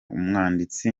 umwanditsi